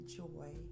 joy